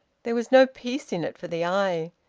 there was no peace in it for the eye,